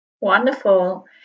Wonderful